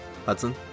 Hudson